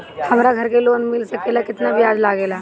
हमरा घर के लोन मिल सकेला केतना ब्याज लागेला?